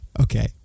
okay